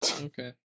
Okay